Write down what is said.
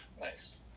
Nice